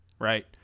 right